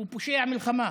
הוא פושע מלחמה.